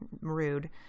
rude